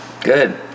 good